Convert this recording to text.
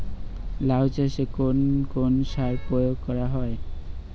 লাউ চাষে কোন কোন সার প্রয়োগ করা হয়?